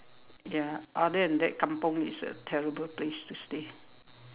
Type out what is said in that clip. ya other than that kampung is a terrible place to stay